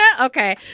Okay